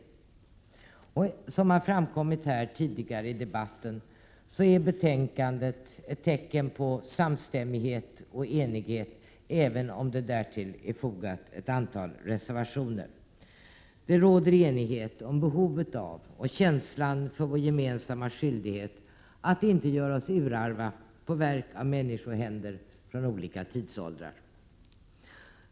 Som det har framkommit tidigare i debatten är betänkandet ett tecken på samstämmighet och enighet, även om det därtill är fogat ett antal reservationer. Det råder enighet om vår gemensamma skyldighet att inte göra oss urarva på verk av människohänder från olika tidsåldrar.